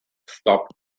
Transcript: stop